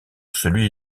celui